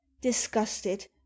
disgusted